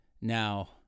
now